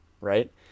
right